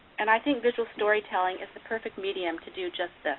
and i think visual storytelling is the perfect medium to do just